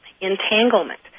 entanglement